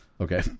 Okay